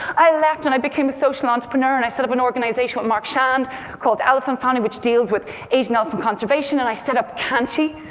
i left, and i became a social entrepreneur, and i set up an organization with mark shand called elephant family, which deals with asian elephant conservation. and i set up kanchi,